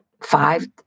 five